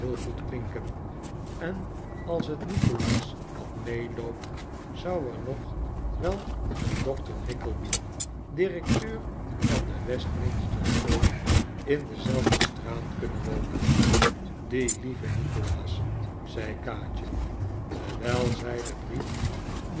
en als het nikolaas wat meeloopt zou er nog wel een doctor nickleby directeur van de westminsterschool in dezelfde straat kunnen wonen die lieve nikolaas zei kaatje terwijl zij den brief